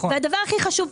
והדבר הכי חשוב,